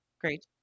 Great